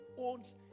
Owns